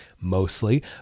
mostly